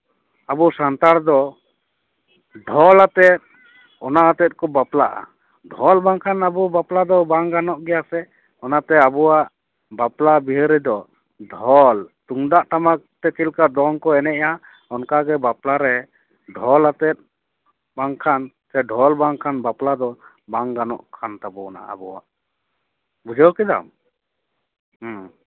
ᱟᱵᱚ ᱥᱟᱱᱛᱟᱲ ᱫᱚ ᱰᱷᱚᱞᱟᱛᱮ ᱚᱱᱟᱣᱟᱛᱮ ᱠᱚ ᱵᱟᱯᱞᱟᱜᱼᱟ ᱰᱷᱚᱞ ᱵᱟᱝᱠᱷᱟᱱ ᱟᱵᱚ ᱵᱟᱯᱞᱟ ᱫᱚ ᱵᱟᱝ ᱜᱟᱱᱚᱜ ᱜᱮᱭᱟ ᱥᱮ ᱚᱱᱟᱛᱮ ᱟᱵᱚᱣᱟᱜ ᱵᱟᱯᱞᱟ ᱵᱤᱦᱟᱹ ᱨᱮᱫᱚ ᱰᱷᱚᱞ ᱛᱩᱢᱫᱟᱜ ᱴᱟᱢᱟᱠ ᱛᱮ ᱪᱮᱫ ᱞᱮᱠᱟ ᱫᱚᱝ ᱠᱚ ᱮᱱᱮᱡᱼᱟ ᱚᱱᱠᱟᱜᱮ ᱵᱟᱯᱞᱟ ᱨᱮ ᱰᱷᱚᱞᱟᱛᱮ ᱵᱟᱝᱠᱷᱟᱱ ᱥᱮ ᱰᱷᱚᱞ ᱵᱟᱝᱠᱷᱟᱱ ᱵᱟᱯᱞᱟ ᱫᱚ ᱵᱟᱝ ᱜᱟᱱᱚᱜ ᱠᱟᱱ ᱛᱟᱵᱚᱱᱟ ᱟᱵᱚᱣᱟᱜ ᱵᱩᱡᱷᱟᱹᱣ ᱠᱮᱫᱟᱢ ᱦᱩᱸ